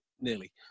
nearly